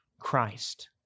Christ